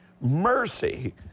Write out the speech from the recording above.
mercy